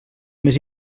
més